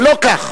ולא כך.